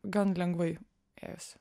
gan lengvai ėjosi